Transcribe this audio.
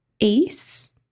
Ace